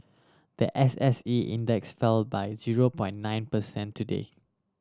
the S S E Index fell by zero point nine percent today